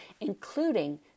including